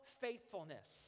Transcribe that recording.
faithfulness